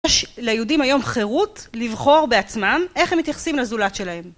יש ליהודים היום חירות לבחור בעצמם איך הם מתייחסים לזולת שלהם